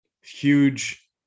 huge